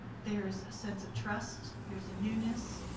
there's a sense of trust, there's a newness,